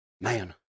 Man